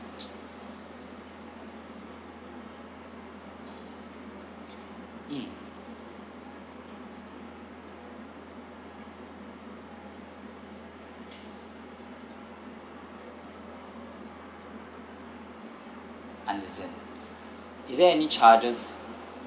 mm understand is there any charges